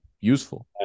useful